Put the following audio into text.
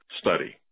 study